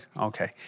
Okay